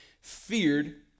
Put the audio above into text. feared